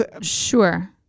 Sure